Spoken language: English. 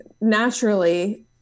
naturally